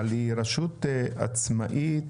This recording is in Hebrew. אבל היא רשות עצמאית